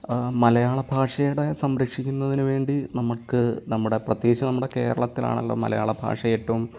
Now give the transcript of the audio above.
മലയാള ഭാഷയുടെ സംരക്ഷിക്കുന്നതിന് വേണ്ടി നമുക്ക് നമ്മുടെ പ്രത്യേകിച്ച് നമ്മുടെ കേരളത്തിൽ ആണല്ലോ മലയാളഭാഷ ഏറ്റവും